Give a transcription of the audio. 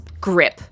grip